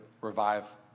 revive